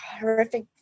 horrific